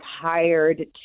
hired